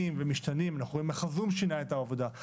ומשתנים אנחנו רואים איך הזום שינה את העבודה,